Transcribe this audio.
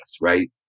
right